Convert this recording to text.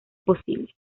posible